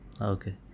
Okay